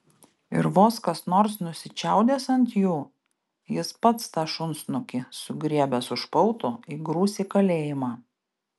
ir vos kas nors nusičiaudės ant jų jis pats tą šunsnukį sugriebęs už pautų įgrūs į kalėjimą